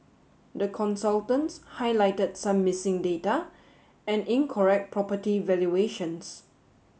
the consultants highlighted some missing data and incorrect property valuations